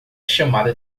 chamada